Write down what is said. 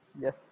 Yes